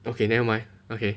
okay never mind okay